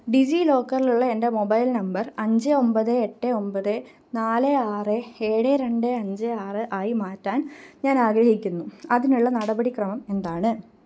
ഡിജിലോക്കറിലുള്ള എൻ്റെ mobile number അഞ്ച് ഒമ്പത് എട്ട് ഒമ്പത് നാല് ആറ് ഏഴ് രണ്ട് അഞ്ച് ആറ് ആയി മാറ്റാൻ ഞാൻ ആഗ്രഹിക്കുന്നു അതിനുള്ള നടപടിക്രമം എന്താണ്